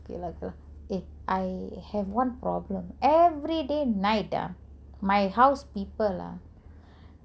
okay lah okay lah eh I have one problem everyday night ah my house people ah